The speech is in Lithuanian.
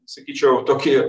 sakyčiau tokį